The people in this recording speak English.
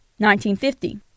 1950